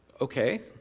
okay